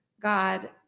God